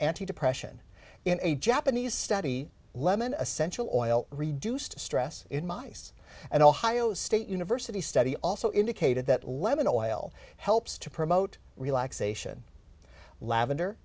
depression in a japanese study lemon essential oil reduced stress in mice and ohio state university study also indicated that lemon oil helps to promote relaxation lavender